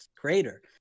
creator